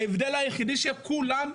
ההבדל היחידי שכולם,